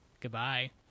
Goodbye